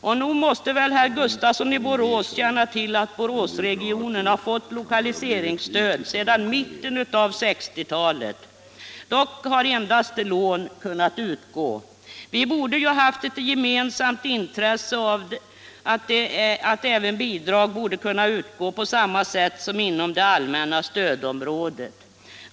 Och nog måste väl herr Gustafsson i Borås känna till att Boråsregionen har fått lokaliseringsstöd sedan mitten av 1960-talet. Dock har endast lån kunnat utgå. Vi borde ha haft ett gemensamt intresse av att även bidrag skulle kunna utgå på samma sätt som inom det allmänna stödområdet.